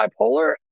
bipolar